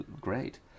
great